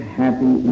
happy